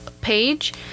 page